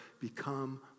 become